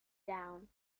down